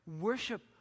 Worship